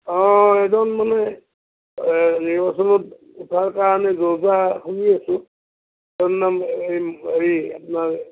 অঁ এজন মানে নিৰ্বাচনত উঠাৰ কাৰণে যোজা শুনি আছোঁ ত এই হেৰি আপোনাৰ